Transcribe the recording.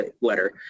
letter